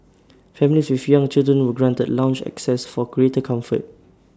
families with young children were granted lounge access for greater comfort